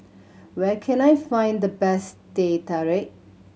where can I find the best Teh Tarik